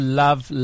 love